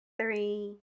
three